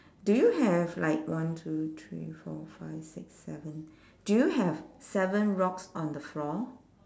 do you have like one two three four five six seven do you have seven rocks on the floor